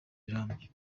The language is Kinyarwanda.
rirambye